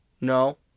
No